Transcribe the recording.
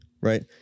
right